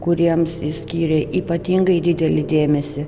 kuriems jis skyrė ypatingai didelį dėmesį